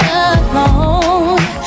alone